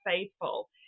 faithful